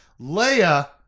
Leia